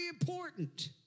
important